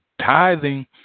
Tithing